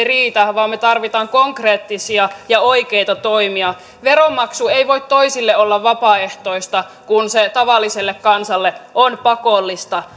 riitä vaan me tarvitsemme konkreettisia ja oikeita toimia veronmaksu ei voi toisille olla vapaaehtoista kun se tavalliselle kansalle on pakollista